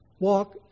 walk